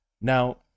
now